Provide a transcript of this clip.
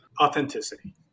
Authenticity